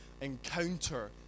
encounter